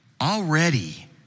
Already